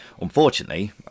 unfortunately